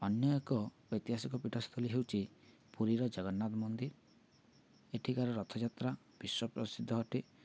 ଅନ୍ୟ ଏକ ଐତିହାସିକ ପୀଠସ୍ଥଳୀ ହେଉଛି ପୁରୀର ଜଗନ୍ନାଥ ମନ୍ଦିର ଏଠିକାର ରଥଯାତ୍ରା ବିଶ୍ୱ ପ୍ରସିଦ୍ଧ ଅଟେ